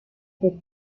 pit